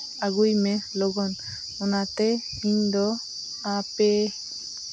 ᱟᱹᱜᱩᱭ ᱢᱮ ᱞᱚᱜᱚᱱ ᱚᱱᱟ ᱛᱮ ᱤᱧ ᱫᱚ ᱟᱯᱮ